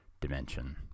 dimension